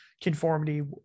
conformity